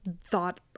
thought